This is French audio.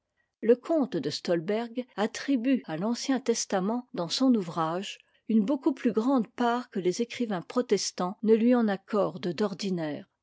le comte de stolberg attribue à l'ancien testament dans son ouvrage une beaucoup plus grande part que les écrivains protestants ne lui en accordent d'ordinaire h